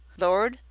lord,